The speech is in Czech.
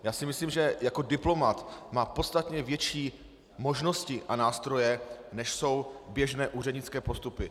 Já si myslím, že jako diplomat má podstatně větší možnosti a nástroje, než jsou běžné úřednické postupy.